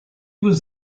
was